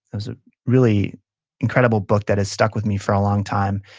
it was a really incredible book that has stuck with me for a long time.